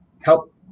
help